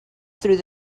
through